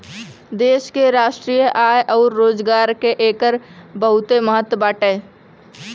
देश के राष्ट्रीय आय अउर रोजगार में एकर बहुते महत्व बाटे